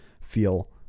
feel